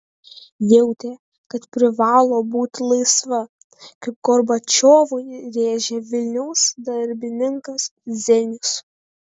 jautė kad privalo būti laisva kaip gorbačiovui rėžė vilniaus darbininkas zenius